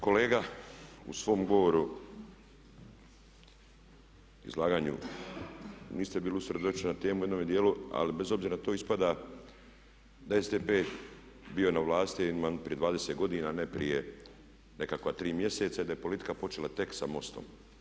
Kolega, u svom govoru, izlaganju niste bili usredotočeni na temu u jednome djelu ali bez obzira to ispada da je SDP bio na vlasti ma ima prije 20 godina ne prije nekakva 3 mjeseca i da je politika počela tek sa MOST-om.